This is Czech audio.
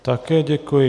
Také děkuji.